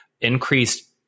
increased